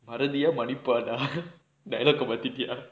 மறதியா மன்னிப்பாடா:marathiyaa mannippaadaa dialogue eh மாத்திட்டியா:maathittiyaa